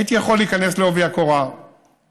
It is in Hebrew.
הייתי יכול להיכנס בעובי הקורה ולוודא,